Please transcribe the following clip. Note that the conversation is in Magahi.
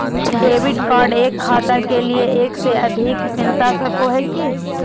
डेबिट कार्ड एक खाता के लिए एक से अधिक मिलता सको है की?